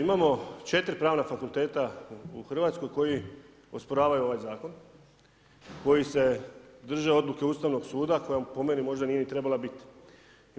Imamo 4 Pravna fakulteta u Hrvatskoj koji osporavaju ovaj zakon, koji se drže odluke Ustavnog suda koja po meni možda nije trebala niti biti.